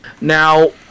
Now